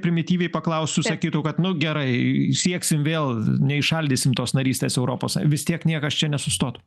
primityviai paklausus sakytų kad nu gerai sieksim vėl neįšaldysim tos narystės europos są vis tiek niekas čia nesustotų